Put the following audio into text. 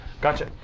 Gotcha